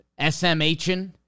SMHing